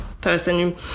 person